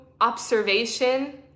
observation